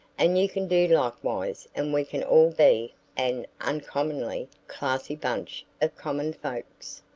and you can do likewise and we can all be an uncommonly classy bunch of common folks.